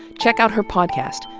check out her podcast,